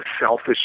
selfish